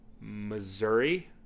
Missouri